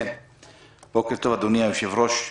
בוקר טוב, אדוני היושב-ראש,